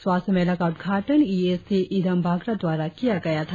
स्वास्थ्य मेला का उदघाटन ईएसई इदम बाग़रा द्वारा किया गया था